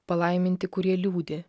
palaiminti kurie liūdi